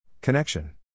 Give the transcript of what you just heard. Connection